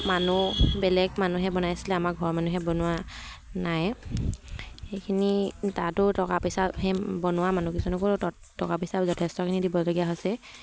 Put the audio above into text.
মানুহ বেলেগ মানুহে বনাইছিলে আমাৰ ঘৰৰ মানুহে বনোৱা নাই সেইখিনি তাতো টকা পইচা সেই বনোৱা মানুহকেইজনকো টকা পইচা যথেষ্টখিনি দিবলগীয়া হৈছে